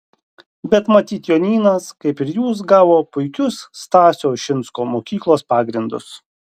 bet matyt jonynas kaip ir jūs gavo puikius stasio ušinsko mokyklos pagrindus